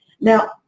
Now